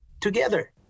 together